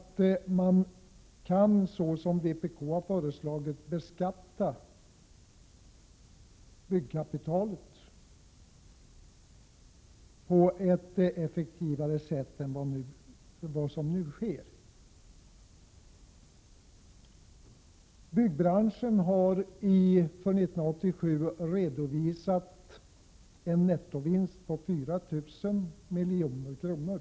Det ena är att man, som vpk har föreslagit, kan beskatta byggkapitalet på ett effektivare sätt än som nu sker. Byggbranschen har för 1987 redovisat en nettovinst på 4 000 milj.kr.